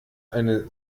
eine